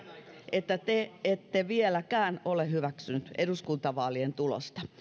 että te ette vieläkään ole hyväksyneet eduskuntavaalien tulosta